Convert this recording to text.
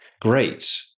Great